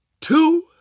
two